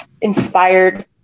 inspired